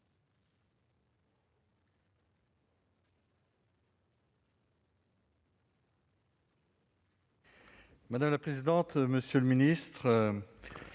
Madame la présidente, monsieur le ministre,